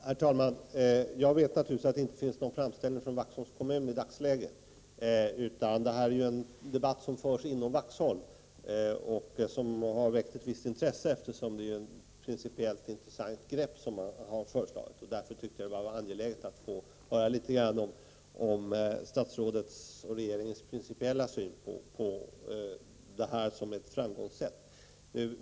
Herr talman! Jag vet naturligtvis att det inte finns någon framställning från Vaxholms kommun i dagsläget, utan det här är en debatt som förs inom Vaxholm och som har väckt ett visst intresse, eftersom det är ett principiellt intressant grepp som har föreslagits. Därför tyckte jag att det var angeläget att få höra litet grand om statsrådets och regeringens principiella syn på detta som ett framgångssätt.